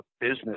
business